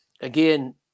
Again